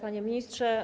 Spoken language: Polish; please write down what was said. Panie Ministrze!